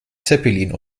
zeppelin